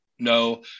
No